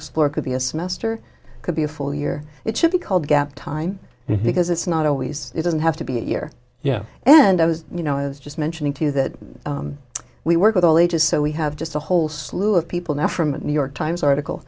explore could be a small sister could be a full year it should be called gap time because it's not always it doesn't have to be a year yeah and i was you know i was just mentioning to you that we work with all ages so we have just a whole slew of people now from new york times article